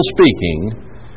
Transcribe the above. speaking